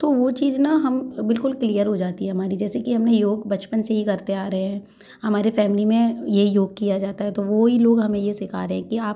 तो वो चीज ना हम बिल्कुल क्लियर हो जाती है हमारी जैसे कि हमने योग बचपन से ही करते आ रहे हैं हमारे फैमिली में यही योग किया जाता है तो वो ही लोग हमें ये सीखा रहें कि आप